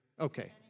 okay